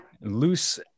loose